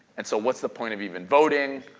and so what's the point of even voting?